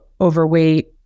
overweight